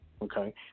Okay